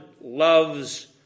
loves